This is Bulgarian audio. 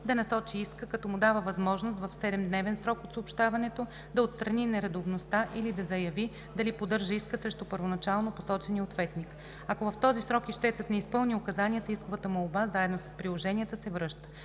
да насочи иска, като му дава възможност в 7-дневен срок от съобщението да отстрани нередовността или да заяви дали поддържа иска срещу първоначално посочения ответник. Ако в този срок ищецът не изпълни указанията, исковата молба заедно с приложенията се връща.